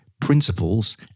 principles